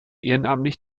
ehrenamtlich